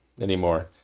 anymore